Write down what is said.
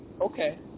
Okay